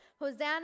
Hosanna